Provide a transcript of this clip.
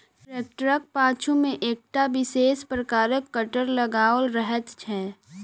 ट्रेक्टरक पाछू मे एकटा विशेष प्रकारक कटर लगाओल रहैत छै